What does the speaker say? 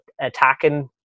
attacking